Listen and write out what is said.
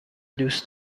دوست